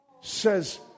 Says